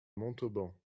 montauban